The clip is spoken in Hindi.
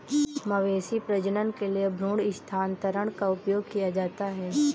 मवेशी प्रजनन के लिए भ्रूण स्थानांतरण का उपयोग किया जाता है